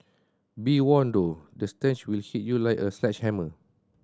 be warned though the stench will hit you like a sledgehammer